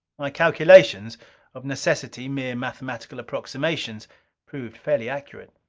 my calculations of necessity mere mathematical approximations proved fairly accurate.